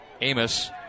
Amos